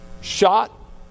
shot